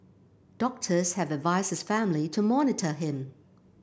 doctors have advised his family to monitor him